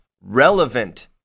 relevant